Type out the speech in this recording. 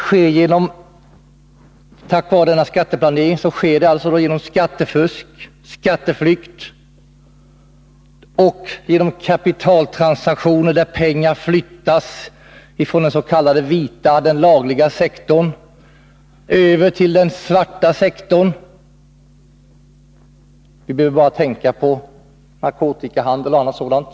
”Skatteplaneringen” möjliggör skattefusk och skatteflykt. Genom olika transaktioner flyttas pengar från den s.k. vita sektorn, dvs. den lagliga, över till den svarta sektorn — vi behöver bara tänka på narkotikahandel och annat sådant.